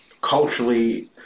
culturally